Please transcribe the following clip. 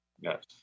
Yes